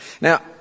Now